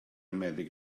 meddyg